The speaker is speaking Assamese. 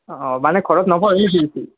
অঁ মানে ঘৰত নপঢ়ে নেকি সি